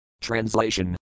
Translation